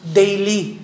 daily